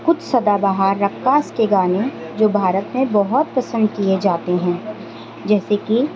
کچھ سدا بہار رقاص کے گانے جو بھارت میں بہت پسند کیے جاتے ہیں جیسے کہ